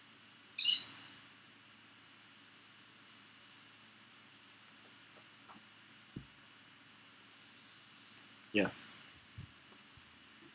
ya